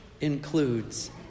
includes